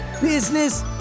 business